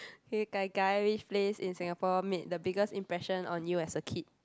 hey gai-gai which place in Singapore made the biggest impression on you as a kid